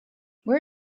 where